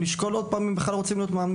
לשקול עוד פעם אם הם בכלל רוצים להיות מאמנים.